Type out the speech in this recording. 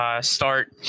start